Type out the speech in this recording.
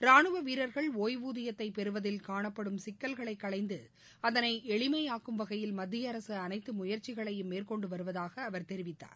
ராஜவ வீரர்கள்ஒய்வூதியத்தை பெறவதில் காணப்படும் சிக்கல்களை களைந்து அதனை எளிமையாக்கும் வகையில் மத்திய அரசு அனைத்து முயற்சிகளையும் மேற்கொன்டுவருவதாக அவர் தெரிவித்தார்